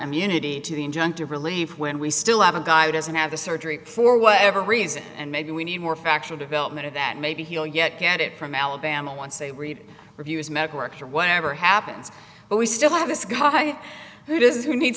immunity to the injunctive relief when we still have a guy who doesn't have the surgery for whatever reason and maybe we need more factual development or that maybe he'll get get it from alabama once they read reviews medical records or whatever happens but we still have this guy who does who need